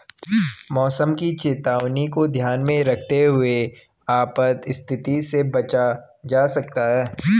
मौसम की चेतावनी को ध्यान में रखते हुए आपात स्थिति से बचा जा सकता है